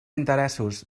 interessos